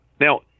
now